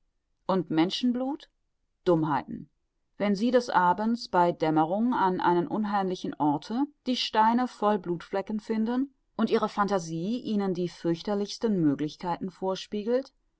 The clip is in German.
und menschenblut dummheiten wenn sie des abends bei dämmerung an einem unheimlichen orte die steine voll blutflecken finden und ihre phantasie ihnen die fürchterlichsten möglichkeiten vorspiegelt